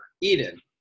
Eden